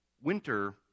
Winter